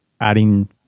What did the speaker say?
adding